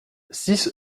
six